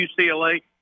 UCLA